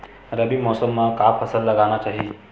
रबी मौसम म का फसल लगाना चहिए?